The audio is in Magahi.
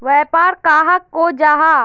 व्यापार कहाक को जाहा?